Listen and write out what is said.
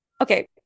okay